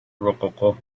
rococó